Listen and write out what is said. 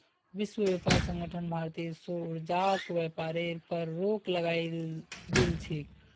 विश्व व्यापार संगठन भारतेर सौर ऊर्जाक व्यापारेर पर रोक लगई दिल छेक